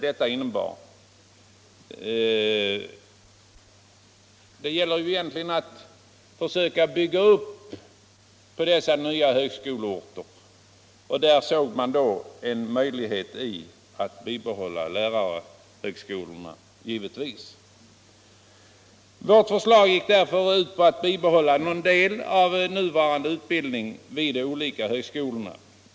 Det gäller ju egentligen att försöka bygga upp dessa nya högskoleorter, och därmed såg man givetvis en möjlighet att bibehålla lärarhögskolorna. Vårt förslag gick därför ut på att bibehålla någon del av nuvarande utbildning vid de olika högskolorna.